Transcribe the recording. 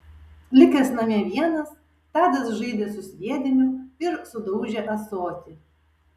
likęs namie vienas tadas žaidė su sviediniu ir sudaužė ąsotį